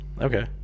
Okay